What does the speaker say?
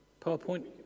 PowerPoint